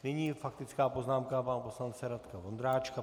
Nyní faktická poznámka pana poslance Radka Vondráčka.